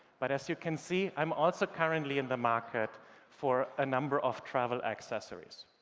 but as you can see, i'm also currently in the market for a number of travel accessories,